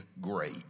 great